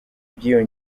by’iyo